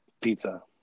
pizza